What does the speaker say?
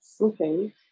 Okay